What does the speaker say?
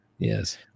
yes